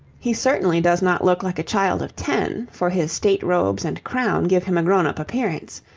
he certainly does not look like a child of ten, for his state robes and crown give him a grown-up appearance.